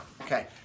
Okay